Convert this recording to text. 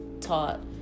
taught